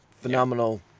phenomenal